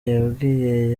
yabwiye